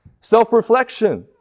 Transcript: self-reflection